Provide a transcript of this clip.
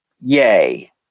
yay